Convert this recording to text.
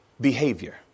behavior